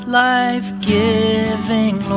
life-giving